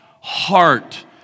heart